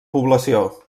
població